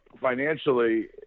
financially